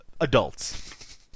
adults